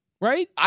right